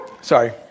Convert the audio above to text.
Sorry